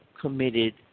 committed